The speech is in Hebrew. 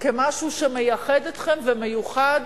כמשהו שמייחד אתכם ומיוחד,